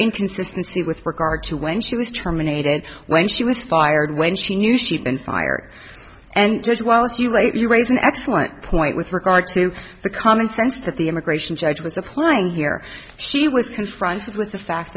inconsistency with regard to when she was terminated when she was fired when she knew she'd been fired and just want you later you raise an excellent point with regard to the common sense that the immigration judge was applying here she was confronted with the fact